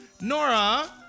Nora